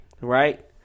right